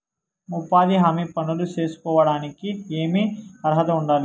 ఉపాధి హామీ పనులు సేసుకోవడానికి ఏమి అర్హత ఉండాలి?